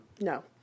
No